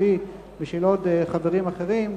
שלי ושל חברים אחרים,